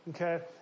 Okay